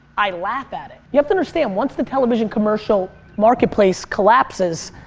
i laugh at it. you have to understand once the television commercial marketplace collapses,